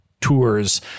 Tours